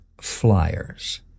flyers